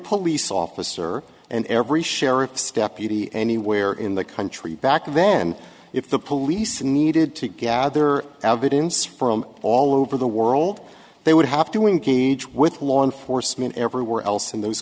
police officer and every sheriff's deputy anywhere in the country back then if the police needed to gather evidence from all over the world they would have to engage with law enforcement everywhere else in those